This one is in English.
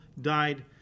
died